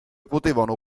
potevano